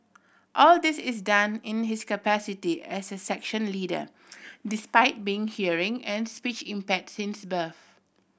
all this is done in his capacity as a section leader despite being hearing and speech impaired since birth